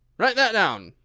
write that down,